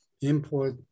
import